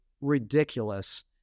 ridiculous